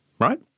Right